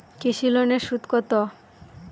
কৃষি লোনের সুদ কত?